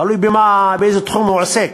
תלוי באיזה תחום הוא עוסק,